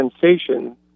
sensation